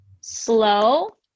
slow